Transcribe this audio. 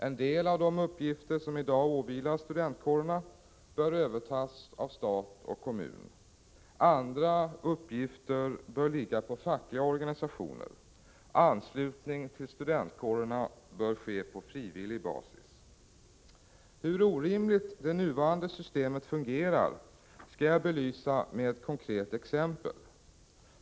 En del av de uppgifter som i dag åvilar studentkårerna bör övertas av stat och kommun. Andra uppgifter bör ligga på fackliga organisationer. Anslutning till studentkårerna bör ske på frivillig basis. Hur orimligt det nuvarande systemet fungerar skall jag belysa med ett konkret exempel.